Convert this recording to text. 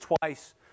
twice